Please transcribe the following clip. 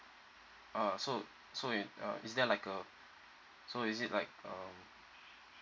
uh so so it err is there like uh so is it like um